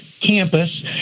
campus